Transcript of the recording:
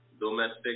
domestic